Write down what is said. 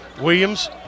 Williams